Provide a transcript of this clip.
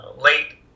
late